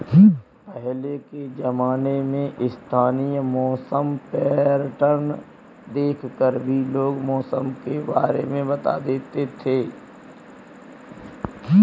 पहले के ज़माने में स्थानीय मौसम पैटर्न देख कर भी लोग मौसम के बारे में बता देते थे